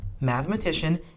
mathematician